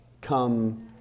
come